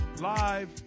Live